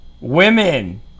Women